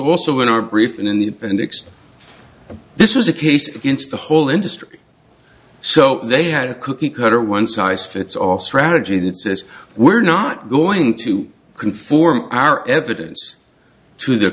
also in our brief and in the appendix this was a case against the whole industry so they had a cookie cutter one size fits all strategy that says we're not going to conform our evidence to the